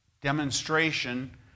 demonstration